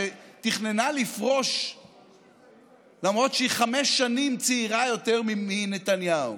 שתכננה לפרוש למרות שהיא צעירה יותר מנתניהו